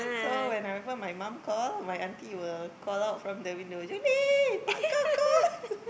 so whenever my mum call my auntie will call out from the window Julie emak kau call